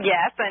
Yes